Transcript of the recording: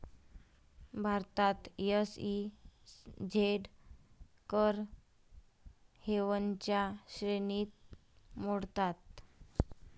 भारतात एस.ई.झेड कर हेवनच्या श्रेणीत मोडतात